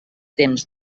temps